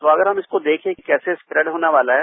तो अगर हम इसको देखे कि कैसे स्प्रेड होने वाला है